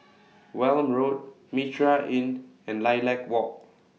Welm Road Mitraa Inn and Lilac Walk